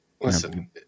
listen